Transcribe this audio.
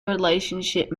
relationship